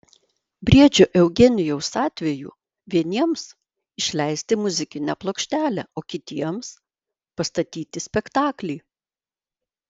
briedžio eugenijaus atveju vieniems išleisti muzikinę plokštelę o kitiems pastatyti spektaklį